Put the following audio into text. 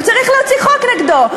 צריך להוציא חוק נגדו.